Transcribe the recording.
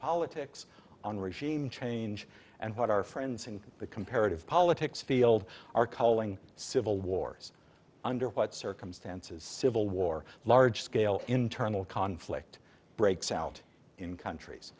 politics on regime change and what our friends in the comparative politics field are calling civil wars under what circumstances civil war large scale internal conflict breaks out in countries